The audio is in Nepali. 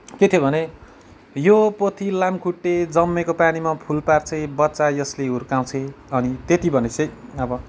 के थियो भने यो पोथी लामखुट्टे जमेको पानीमा फुल पार्छे बच्चा यसले हुर्काउँछे अनि त्यति भने चाहिँ अब